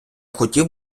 хотів